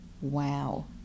wow